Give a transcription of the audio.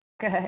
good